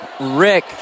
Rick